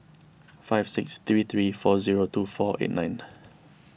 five six three three four zero two four eight nine